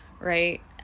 right